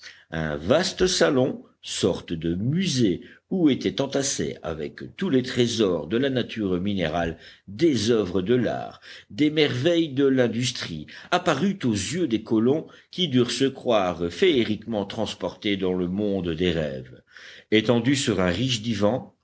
un vaste salon sorte de musée où étaient entassées avec tous les trésors de la nature minérale des oeuvres de l'art des merveilles de l'industrie apparut aux yeux des colons qui durent se croire féeriquement transportés dans le monde des rêves étendu sur un riche divan